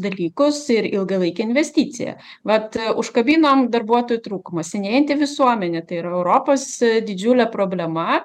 dalykus ir ilgalaikę investiciją vat užkabinom darbuotojų trūkumą senėjanti visuomenė tai yra europos didžiulė problema